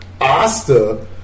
Asta